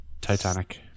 Titanic